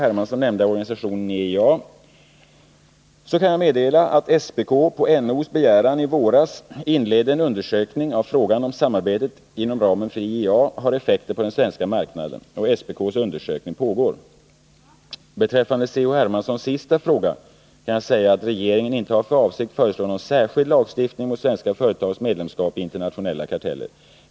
Hermansson nämnda organisationen IEA kan jag meddela att SPK på NO:s begäran i våras inledde en undersökning av frågan, om samarbetet inom ramen för IEA har effekter på den svenska marknaden. SPK:s undersökning pågår. Beträffande C.-H. Hermanssons sista fråga kan jag säga att regeringen inte har för avsikt att föreslå någon särskild lagstiftning mot svenska företags medlemskap i internationella karteller.